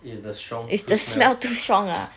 is the strong too smell